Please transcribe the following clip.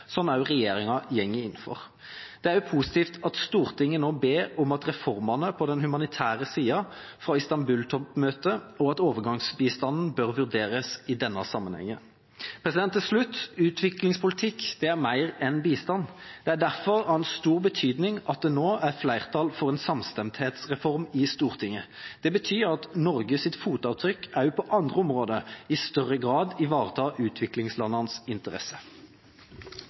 regjeringa går inn for. Det er positivt at Stortinget nå ber om at forpliktelsene på den humanitære siden fra Istanbul-toppmøtet gjennomføres, og at overgangsbistanden bør vurderes i denne sammenheng. Til slutt: Utviklingspolitikk er mer enn bistand. Det er derfor av stor betydning at det nå er flertall i Stortinget for en samstemthetsreform. Det betyr at Norges fotavtrykk også på andre områder i større grad ivaretar utviklingslandenes interesser.